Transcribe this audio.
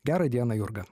gerą dieną jurga